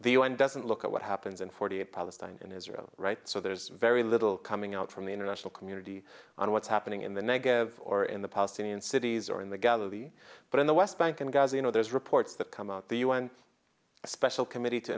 the u n doesn't look at what happens in forty eight palestine and israel right so there's very little coming out from the international community on what's happening in the negative or in the palestinian cities or in the galilee but in the west bank and gaza you know there's reports that come out the u n special committee to